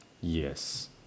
yes